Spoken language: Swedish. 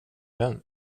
vän